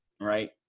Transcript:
right